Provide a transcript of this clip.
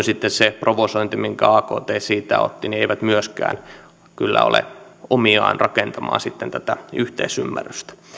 sitten se provosointi minkä akt siitä otti kyllä myöskään ole omiaan rakentamaan tätä yhteisymmärrystä